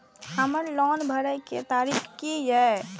हमर लोन भरय के तारीख की ये?